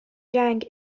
جنگ